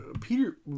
Peter